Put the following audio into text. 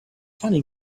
funny